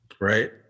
Right